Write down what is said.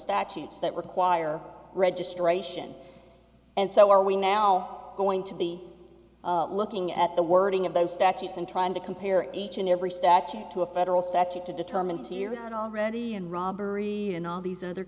statutes that require registration and so are we now going to be looking at the wording of those statutes and trying to compare each and every statute to a federal statute to determine tier one already and robbery and all these other